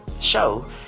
show